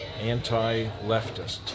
anti-leftist